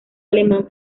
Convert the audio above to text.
alemán